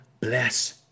bless